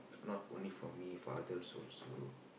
not only for me for others also